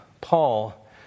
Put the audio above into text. Paul